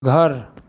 घर